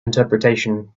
interpretation